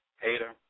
hater